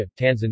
Tanzania